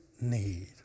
need